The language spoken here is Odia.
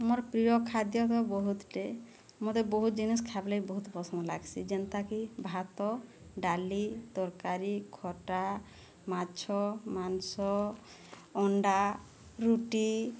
ମୋର ପ୍ରିୟ ଖାଦ୍ୟକ ବହୁତଟେ ମୋତେ ବହୁତ ଜିନିଷ୍ ଖାଇବା ଲାଗି ବହୁତ ପସନ୍ଦ ଲାଗ୍ସି ଯେନ୍ତାକି ଭାତ ଡାଲି ତରକାରୀ ଖଟା ମାଛ ମାଂସ ଅଣ୍ଡା ରୁଟି